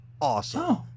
awesome